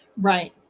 Right